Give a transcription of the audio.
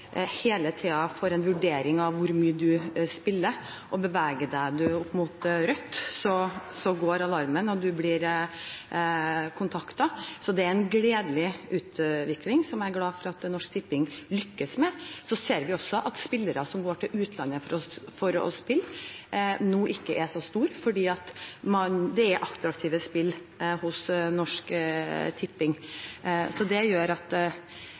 hele tiden får en vurdering av hvor mye man spiller, og beveger man seg opp mot rødt, går alarmen, og man blir kontaktet. Så det er en gledelig utvikling som jeg er glad for at Norsk Tipping lykkes med. Så ser vi også at antall spillere som går til utlandet for å spille, nå ikke er så stort, fordi det er attraktive spill hos Norsk Tipping. Jeg følger situasjonen, men det